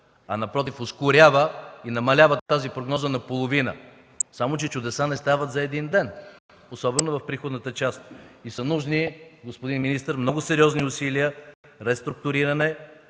а напротив – ускорява и намалява тази прогноза наполовина. Само че чудеса не стават за един ден, особено в приходната част. Нужни са, господин министър, много сериозни усилия, реструктуриране